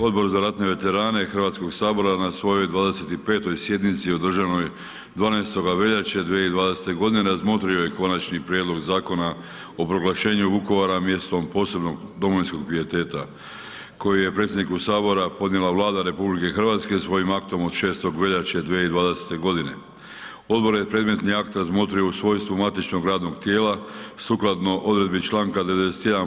Odbor za ratne veterane HS na svojoj 25. sjednici održanoj 12. veljače 2020.g. razmotrio je Konačni prijedlog Zakona o proglašenju Vukovara mjestom posebnog domovinskog pijeteta koji je predsjedniku sabora podnijela Vlada RH svojim aktom od 6. veljače 2020.g. Odbor je predmetni akt razmotrio u svojstvu matičnog radnog tijela sukladno odredbi čl. 91.